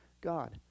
God